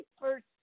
first